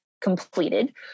completed